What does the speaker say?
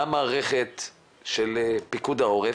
למערכת של פיקוד העורף.